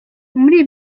muri